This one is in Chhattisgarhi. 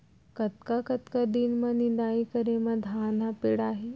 कतका कतका दिन म निदाई करे म धान ह पेड़ाही?